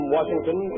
Washington